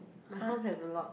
my house have a lot